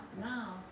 now